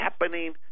happening